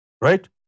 Right